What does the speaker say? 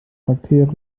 charaktere